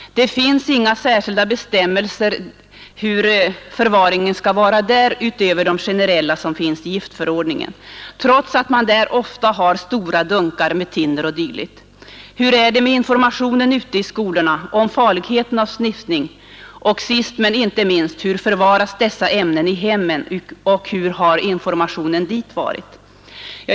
Det finns inga särskilda bestämmelser för hur förvaringen skall vara ordnad där utöver de generella i giftförordningen, trots att man där ofta har stora dunkar med thinner o. d. sniffning? Och sist men inte minst: Hur förvaras dessa ämnen i hemmen, och hur har informationen dit varit?